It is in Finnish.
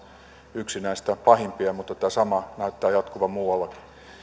yksi näitä pahimpia mutta tämä sama näyttää jatkuvan muuallakin